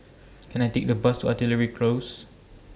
Can I Take A Bus to Artillery Close